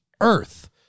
earth